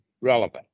relevant